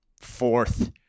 fourth